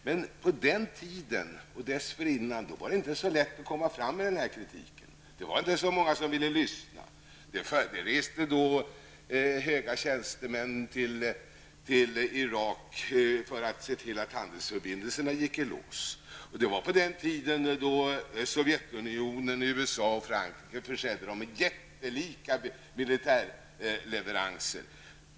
Men på den tiden och dess för innan var det inte så lätt att komma fram med den kritiken. Det var inte så många som ville lyssna. Då reste höga tjänstemän till Irak för att se till att handelsförbindelserna gick i lås. Det var på den tiden då Sovjetunionen, USA och Frankrike försåg Irak med jättelika militärleveranser.